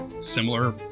similar